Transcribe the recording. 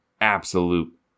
absolute